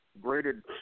Graded